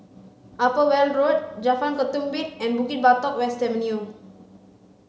Upper Weld Road Jalan Ketumbit and Bukit Batok West Avenue